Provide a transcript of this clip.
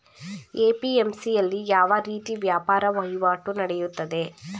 APMC ಯಲ್ಲಿ ಯಾವ ರೀತಿ ವ್ಯಾಪಾರ ವಹಿವಾಟು ನೆಡೆಯುತ್ತದೆ?